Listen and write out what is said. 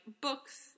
books